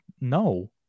no